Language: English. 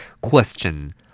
Question